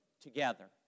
together